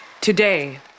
Today